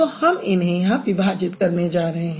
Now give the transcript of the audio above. तो हम इन्हें यहाँ विभाजित करने जा रहे हैं